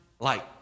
light